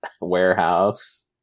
warehouse